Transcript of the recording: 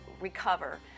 recover